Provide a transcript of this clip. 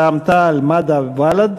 רע"ם-תע"ל-מד"ע ובל"ד: